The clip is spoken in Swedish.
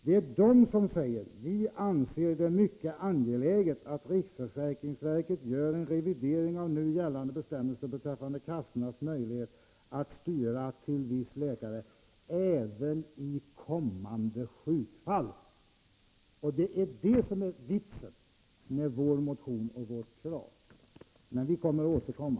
Det är dessa personer som säger: Vi anser det mycket angeläget att riksförsäkringsverket gör en revidering av nu gällande bestämmelser beträffande kassornas möjlighet att styra till viss läkare även i kommande sjukfall. Det är det som är vitsen med vår motion och med vårt krav. Vi kommer att återkomma.